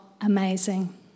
amazing